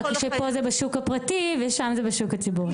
אלא שפה זה בשוק הפרטי ושם זה בשוק הציבורי.